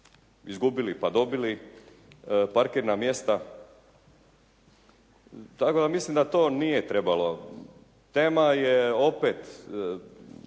izgubili pa dobili parkirna mjesta tako da mislim da to nije trebalo. Tema je opet,